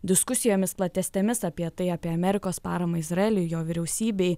diskusijomis platesnėmis apie tai apie amerikos paramą izraeliui jo vyriausybei